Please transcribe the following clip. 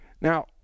Now